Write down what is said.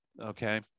Okay